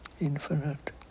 infinite